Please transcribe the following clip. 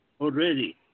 already